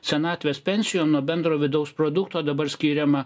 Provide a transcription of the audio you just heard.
senatvės pensijom nuo bendro vidaus produkto dabar skiriama